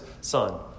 son